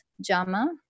jama